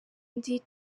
ndi